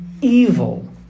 evil